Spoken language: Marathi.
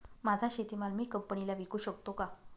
माझा शेतीमाल मी कंपनीला विकू शकतो का?